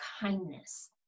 kindness